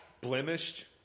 blemished